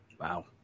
Wow